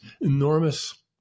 enormous